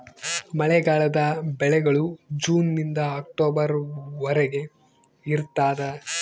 ಮಳೆಗಾಲದ ಬೆಳೆಗಳು ಜೂನ್ ನಿಂದ ಅಕ್ಟೊಬರ್ ವರೆಗೆ ಇರ್ತಾದ